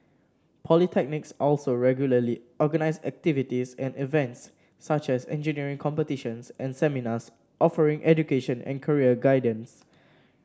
polytechnics also regularly organise activities and events such as engineering competitions and seminars offering education and career guidance